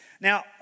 Now